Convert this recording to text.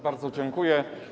Bardzo dziękuję.